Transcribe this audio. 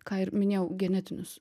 ką ir minėjau genetinius